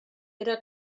era